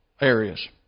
areas